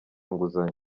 nguzanyo